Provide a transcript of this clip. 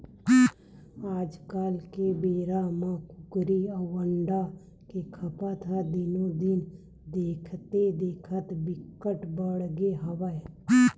आजकाल के बेरा म कुकरी अउ अंडा के खपत ह दिनो दिन देखथे देखत बिकट बाड़गे हवय